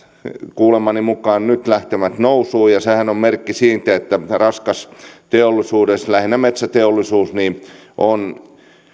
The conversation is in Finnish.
kuulemani mukaan nyt lähteneet nousuun ja sehän on merkki siitä että raskas teollisuus lähinnä metsäteollisuus on